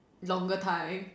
longer time